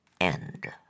End